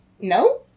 no